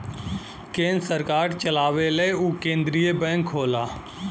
केन्द्र सरकार चलावेला उ केन्द्रिय बैंक होला